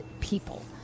people